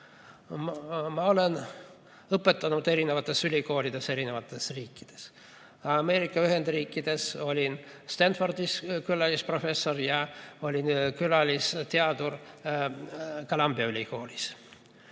Ma olen õpetanud mitmes ülikoolis mitmes riigis. Ameerika Ühendriikides olin Stanfordi külalisprofessor ja olin ka külalisteadur Columbia ülikoolis.